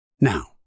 Now